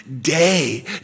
day